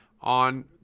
on